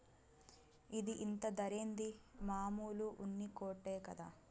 ఇది ఇంత ధరేంది, మామూలు ఉన్ని కోటే కదా